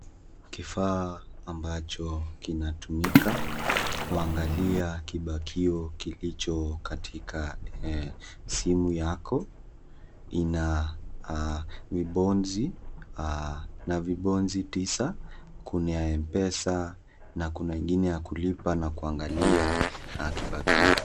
Kifaa ambacho kinatumika kuangalia kibakio kilicho katika simu yako, ina vibozi, na vibozi tisa, kuna M-PESA na kuna ingine ya kulipa na kuangalia kibakio.